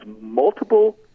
multiple